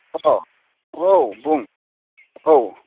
अ औ बुं औ